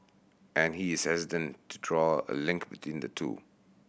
and he is hesitant to draw a link between the two